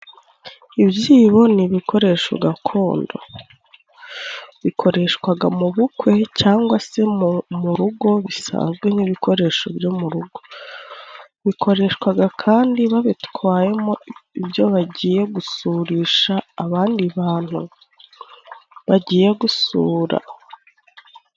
Ibyibo ni ibikoresho gakondo bikoreshwaga mu bukwe cyangwa se mu rugo bisanzwe. Ni ibikoresho byo mu rugo. Bikoreshwaga kandi babitwayemo ibyo bagiye gusurisha abandi bantu bagiye gusura.